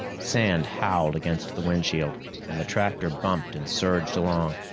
sand howled against the windshield and the tractor bumped and surged along.